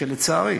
שלצערי